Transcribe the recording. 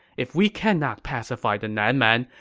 if we cannot pacify the nan man,